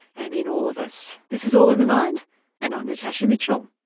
and in all of us. this is all in the mind and i'm natasha mitchell.